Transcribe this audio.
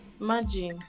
Imagine